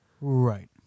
Right